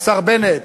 השר בנט,